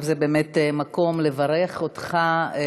זה באמת המקום לברך אותך,